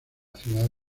ciudad